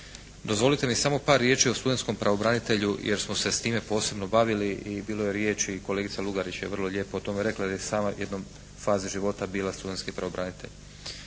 dozvolite mi samo par riječi o studentskom pravobranitelju jer smo se s time posebno bavili i bilo je riječ, i kolegica Lugarić je vrlo lijepo o tome rekla jer je sama u jednoj fazi života bila studentski pravobranitelj.